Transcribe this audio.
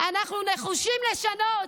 אנחנו נחושים לשנות.